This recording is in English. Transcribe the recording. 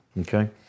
okay